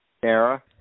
Sarah